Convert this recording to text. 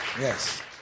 Yes